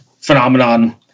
phenomenon –